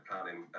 planning